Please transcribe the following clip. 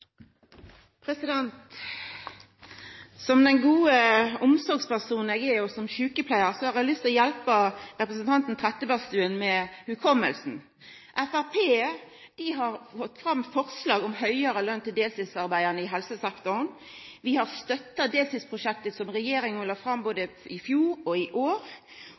omme. Som den gode omsorgspersonen eg er, og som sjukepleiar, har eg lyst til å hjelpa representanten Trettebergstuen med minnet. Framstegspartiet har lagt fram forslag om høgare lønn til deltidsarbeidarane i helsesektoren. Vi har støtta deltidsprosjekt som regjeringa la fram både i fjor og i år.